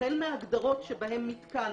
החל מההגדרות שבהן מתקן